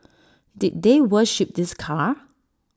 did they worship this car